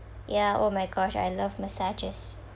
ya oh my gosh I love massages